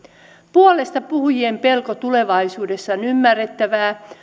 puolestapuhujien pelko tulevaisuudesta on ymmärrettävää